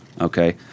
okay